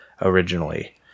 originally